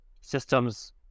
systems